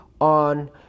on